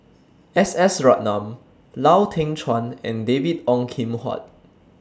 S S Ratnam Lau Teng Chuan and David Ong Kim Huat